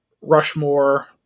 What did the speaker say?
Rushmore